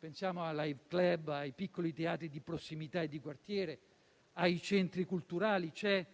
Pensiamo ai *live club*, ai piccoli teatri di prossimità e di quartiere, ai centri culturali; c'è